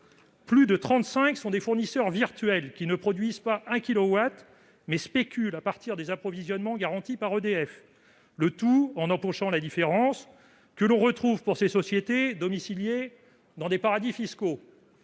trente-cinq sont des fournisseurs virtuels, qui ne produisent pas un kilowatt et spéculent à partir des approvisionnements garantis par EDF, le tout en empochant la différence, et que l'on retrouve domiciliés dans des paradis fiscaux.